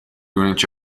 unici